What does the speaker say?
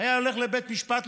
היה הולך לבית משפט,